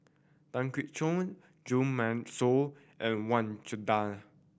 Tan Keong Choon Jo Marion Seow and Wang Chunde